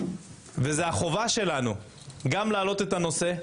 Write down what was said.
וזו החובה שלנו גם להעלות את הנושא.